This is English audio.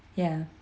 ya